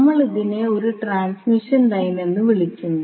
നമ്മൾ അതിനെ ഒരു ട്രാൻസ്മിഷൻ ലൈൻ എന്ന് വിളിക്കുന്നു